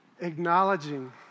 acknowledging